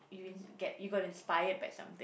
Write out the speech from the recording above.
you ins~ get you got inspired by something